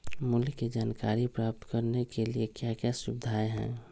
मूल्य के जानकारी प्राप्त करने के लिए क्या क्या सुविधाएं है?